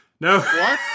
No